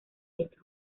estos